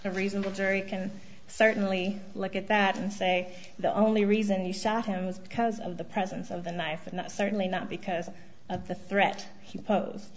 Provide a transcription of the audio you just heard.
a reasonable jury can certainly look at that and say the only reason he sat him is because of the presence of the knife and that's certainly not because of the threat he posed